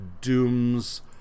Doom's